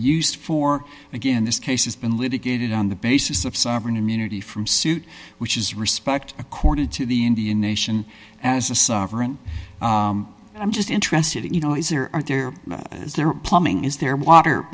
used for again this case has been litigated on the basis of sovereign immunity from suit which is respect accorded to the indian nation as a sovereign i'm just interested in you know is there are there is there plumbing is there water